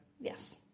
Yes